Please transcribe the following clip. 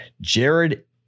Jared